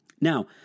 Now